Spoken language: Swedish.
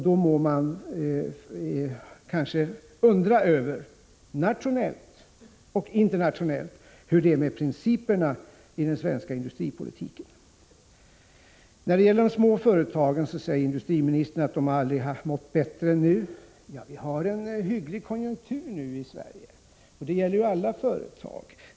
Då må man kanske få undra — det gäller både nationellt och internationellt — hur det är med principerna i den svenska industripolitiken. När det gäller de små företagen säger industriministern att dessa aldrig har mått bättre än de nu gör. Ja, vi har en hygglig konjunktur nu i Sverige, och det gäller ju alla företag.